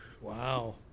wow